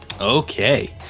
Okay